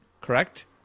correct